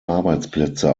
arbeitsplätze